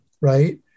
right